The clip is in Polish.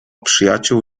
przyjaciół